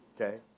Okay